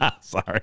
Sorry